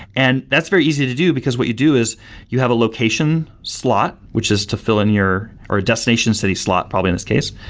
and that's very easy to do, because what you do is you have a location slot, which is to fill in your, or a destination city slot, probably in this case.